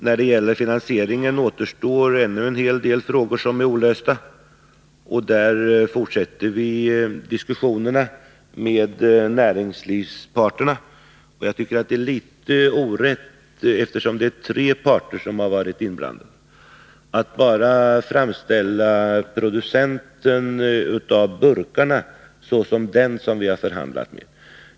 När det gäller finansieringen återstår ännu en hel del problem som är olösta, och i detta fall fortsätter vi diskussionerna med näringslivsparterna. Eftersom det är tre parter som varit inblandade tycker jag att det är litet orätt att bara framställa producenten av burkarna såsom den som vi har förhandlat med.